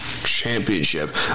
Championship